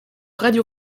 radio